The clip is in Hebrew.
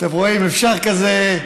אתם רואים, אפשר כזה.